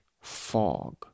fog